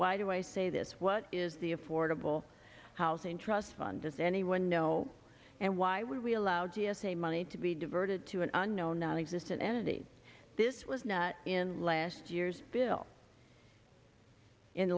why do i say this what is the affordable housing trust fund does anyone know and why would we allow g s a money to be diverted to an unknown nonexistent entity this was not in last year's bill in